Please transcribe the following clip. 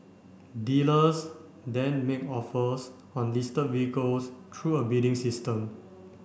dealers then make offers on listed vehicles through a bidding system